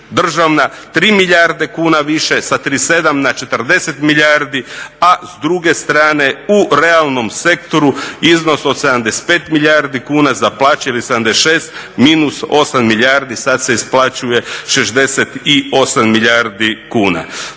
državna 3 milijarde kuna više sa 37 na 40 milijardi, a s druge strane u realnom sektoru iznos od 75 milijardi kuna za plaće ili 76 minus 8 milijardi sad se isplaćuje 68 milijardi kuna.